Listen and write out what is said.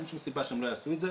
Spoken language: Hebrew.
אין שום סיבה שהם לא יעשו את זה,